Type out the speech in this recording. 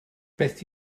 beth